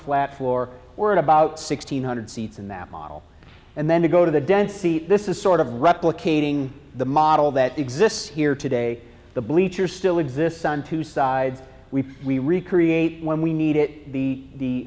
flat floor or in about six hundred seats in that model and then to go to the density this is sort of replicating the model that exists here today the bleachers still exists on two sides we we recreate when we need it the t